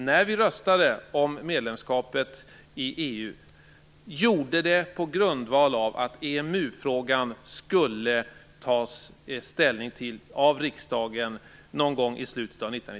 När vi röstade om medlemskapet i EU gjorde svenska folket det på grundval av att riksdagen skulle ta ställning till EMU-frågan någon gång i slutet av